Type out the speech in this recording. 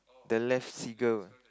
the left seagull